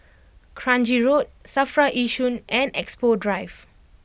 Kranji Road Safra Yishun and Expo Drive